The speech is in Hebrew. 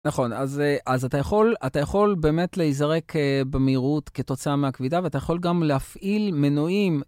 נכון, אז אתה יכול באמת להיזרק במהירות כתוצאה מהכבידה ואתה יכול גם להפעיל מנועים.